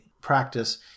practice